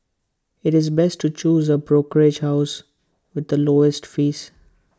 IT is best to choose A brokerage house with the lowest fees